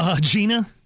Gina